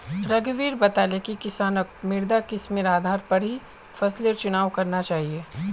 रघुवीर बताले कि किसानक मृदा किस्मेर आधार पर ही फसलेर चुनाव करना चाहिए